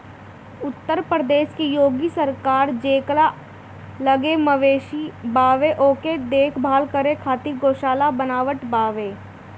उत्तर प्रदेश के योगी सरकार जेकरा लगे मवेशी बावे ओके देख भाल करे खातिर गौशाला बनवावत बाटे